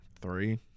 Three